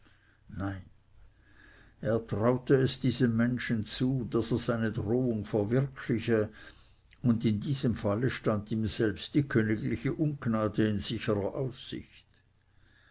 nein er traute es diesem menschen zu daß er seine drohung verwirkliche und in diesem falle stand ihm selbst die königliche ungnade in sicherer aussicht